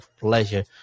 pleasure